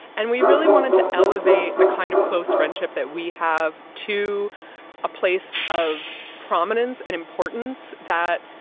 and we really wanted to elevate the kind of close friendship that we have to a place of prominence and importance that,